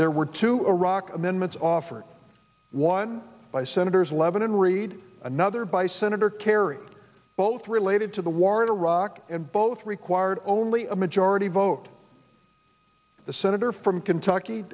there were two iraq amendments offered one by senators levin and reid another by senator kerry both related to the war in iraq and both required only a majority vote the senator from kentucky